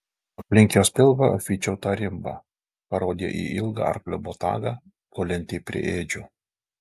aplink jos pilvą apvyčiau tą rimbą parodė į ilgą arklio botagą gulintį prie ėdžių